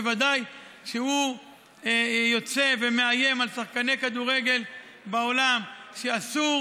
בוודאי כשהוא יוצא ומאיים על שחקני כדורגל בעולם שאסור